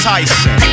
Tyson